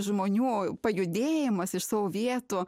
žmonių pajudėjimas iš savo vietų